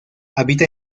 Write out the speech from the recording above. habita